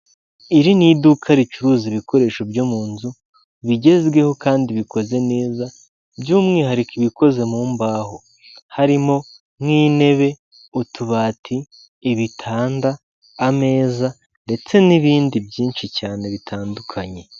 Iri ni iduka ricuruza ibikoresho byo mu nzu bigezweho kandi bikoze neza, by'umwihariko ibikoze mu mbaho, harimo nk'intebe utubati ibitanda, ameza ndetse n'ibindi byinshi cyane bitandukanye.